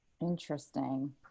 Interesting